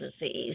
disease